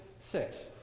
six